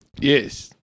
Yes